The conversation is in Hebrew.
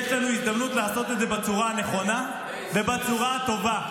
יש לנו הזדמנות לעשות את זה בצורה הנכונה ובצורה הטובה.